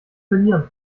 verlieren